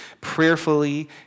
prayerfully